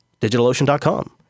Digitalocean.com